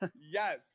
Yes